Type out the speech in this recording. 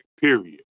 period